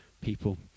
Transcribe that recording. people